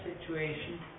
situation